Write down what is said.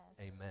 Amen